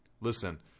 Listen